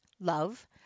love